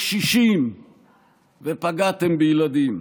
פגעתם בקשישים ופגעתם בילדים,